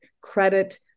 credit